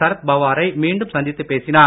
சரத் பவாரை மீண்டும் சந்தித்து பேசினார்